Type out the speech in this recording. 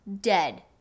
dead